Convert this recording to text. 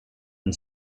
and